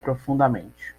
profundamente